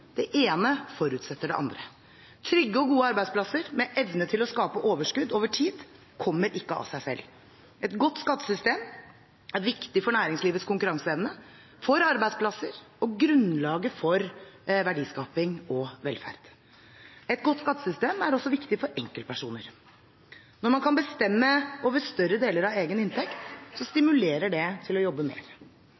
det ene forutsetter det andre. Trygge og gode arbeidsplasser med evne til å skape overskudd over tid kommer ikke av seg selv. Et godt skattesystem er viktig for næringslivets konkurranseevne, for arbeidsplasser og grunnlaget for verdiskaping og velferd. Et godt skattesystem er også viktig for enkeltpersoner. Når man kan bestemme over større deler av egen inntekt,